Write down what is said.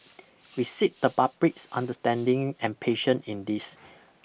we seek the public's understanding and patience in this